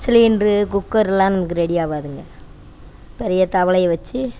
cylinder குக்கர்லாம் நமக்கு ready ஆகாதுங்க பெரிய தவளைய வச்சு